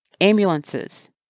ambulances